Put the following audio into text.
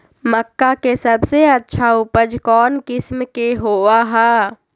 मक्का के सबसे अच्छा उपज कौन किस्म के होअ ह?